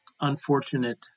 unfortunate